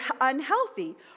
unhealthy